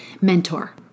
mentor